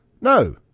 No